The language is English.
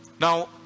now